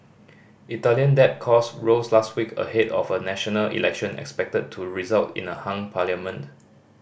Italian debt cost rose last week ahead of a national election expected to result in a hung parliament